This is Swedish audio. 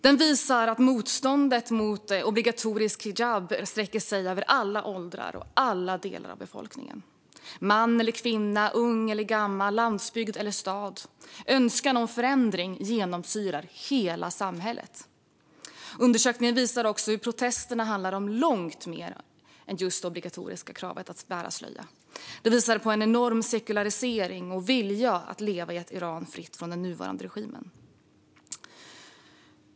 Den visar att motståndet mot obligatorisk hijab sträcker sig över alla åldrar och alla delar av befolkningen. Män och kvinnor, unga och gamla, landsbygd och stad - önskan om förändring genomsyrar hela samhället. Undersökningen visar också att protesterna handlar om långt mer än kravet att bära slöja. Den visar på en enorm sekularisering och en vilja att leva i ett Iran fritt från den nuvarande regimen.